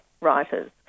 writers